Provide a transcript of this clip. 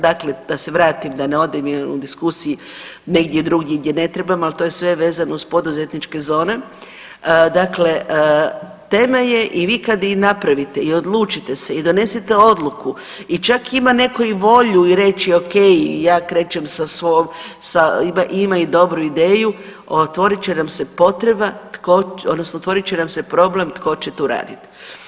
Dakle da se vratim, da ne odem u diskusiji negdje drugdje gdje ne trebam, ali to je sve vezano uz poduzetničke zone, dakle tema je i vi kad i napravite i odlučite se i donesete odluku i čak ima netko i volju i reći okej, ja krećem sa svog, ima i dobru ideju, otvorit će nam se potreba, odnosno otvorit će nam se problem tko će tu raditi.